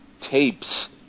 tapes